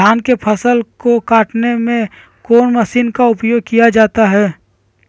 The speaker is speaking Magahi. धान के फसल को कटने में कौन माशिन का उपयोग किया जाता है?